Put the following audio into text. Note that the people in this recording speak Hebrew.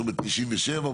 97,